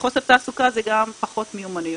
חוסר תעסוקה זה גם פחות מיומנויות.